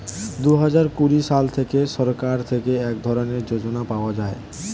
দুহাজার কুড়ি সাল থেকে সরকার থেকে এক ধরনের যোজনা পাওয়া যায়